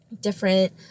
different